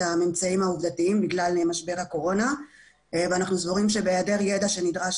הממצאים העובדתיים בגלל משבר הקורונה ואנחנו סבורים שבהיעדר ידע שנדרש